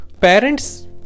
Parents